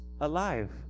alive